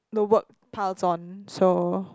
the work piles on so